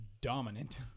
dominant